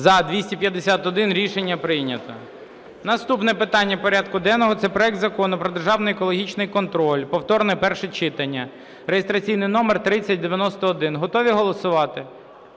За-251 Рішення прийнято. Наступне питання порядку денного – це проект Закону про державний екологічний контроль (повторне перше читання) (реєстраційний номер 3091). Готові голосувати?